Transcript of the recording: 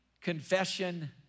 confession